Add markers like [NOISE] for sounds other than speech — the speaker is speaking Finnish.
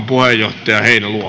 [UNINTELLIGIBLE] puheenjohtaja heinäluoma